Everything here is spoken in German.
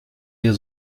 ihr